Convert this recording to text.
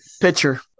Pitcher